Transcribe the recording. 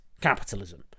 capitalism